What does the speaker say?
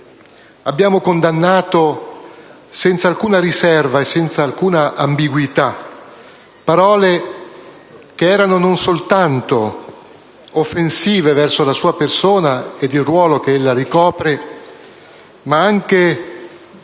Abbiamo condannato senza alcuna riserva e senza alcuna ambiguità parole che erano non soltanto offensive verso la sua persona ed il ruolo che ella ricopre, ma anche